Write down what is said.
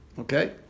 Okay